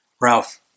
Ralph